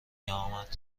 امد